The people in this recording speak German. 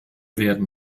werden